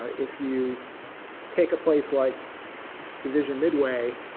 if you take a place like division midway,